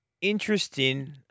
interesting